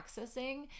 accessing